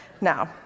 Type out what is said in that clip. now